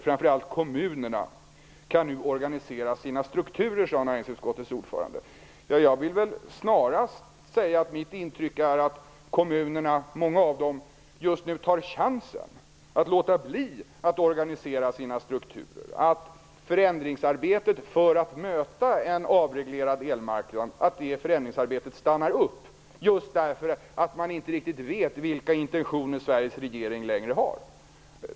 Framför allt kommunerna kan nu organisera sina strukturer, sade näringsutskottets ordförande. Mitt intryck är snarast att många av kommunerna nu tar chansen att låta bli att organisera sina strukturer och att förändringsarbetet när det gäller att möta en avreglerad elmarknad stannar upp, just därför att man inte längre riktigt vet vilka intentioner Sveriges regering har.